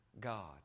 God